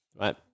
right